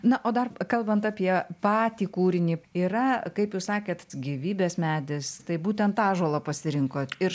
na o dar kalbant apie patį kūrinį yra kaip jūs sakėt gyvybės medis tai būtent ąžuolą pasirinkot ir